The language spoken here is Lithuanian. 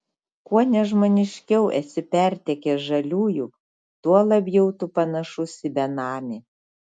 kuo nežmoniškiau esi pertekęs žaliųjų tuo labiau tu panašus į benamį